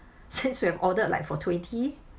since we have ordered like for twenty